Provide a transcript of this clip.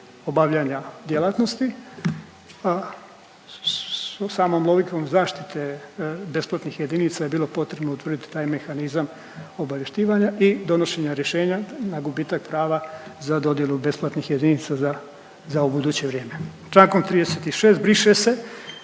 obavljanja djelatnosti, a samom logikom zaštite besplatnih jedinica je bilo potrebno utvrditi taj mehanizam obavještivanja i donošenja rješenja na gubitak prava za dodjelu besplatnih jedinica za, za ubuduće vrijeme. Člankom 36. briše se,